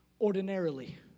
ordinarily